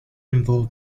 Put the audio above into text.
involve